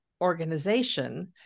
organization